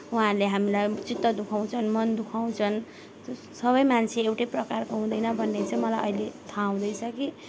उहाँले हामीलाई चित्त दुखाउँछन् मन दुखाउँछन् सबै मान्छे एउटै प्रकारको हुँदैन भन्ने चाहिँ मलाई अहिले थाहा हुँदैछ कि